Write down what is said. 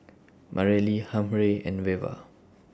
Mareli Humphrey and Veva